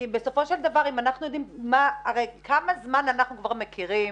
כמה זמן אנחנו כבר מכירים